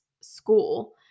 school